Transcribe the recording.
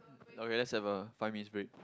okay let's have a five minutes break